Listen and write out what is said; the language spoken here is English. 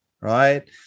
Right